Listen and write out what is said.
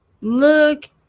look